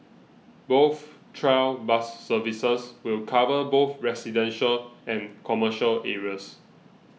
both trial bus services will cover both residential and commercial areas